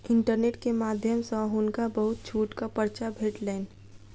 internet के माध्यम सॅ हुनका बहुत छूटक पर्चा भेटलैन